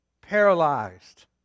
paralyzed